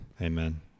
Amen